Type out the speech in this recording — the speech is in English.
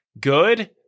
good